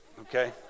okay